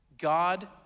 God